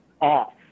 off